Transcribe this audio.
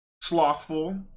slothful